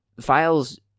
files